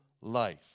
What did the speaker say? life